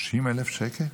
30,000 שקל?